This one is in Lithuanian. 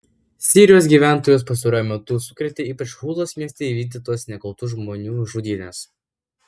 sirijos gyventojus pastaruoju metu sukrėtė ypač hulos mieste įvykdytos nekaltų žmonių žudynės